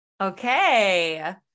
Okay